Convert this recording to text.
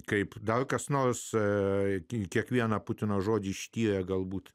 kaip dar kas nors taikiai kiekvieną putino žodį ištyrę galbūt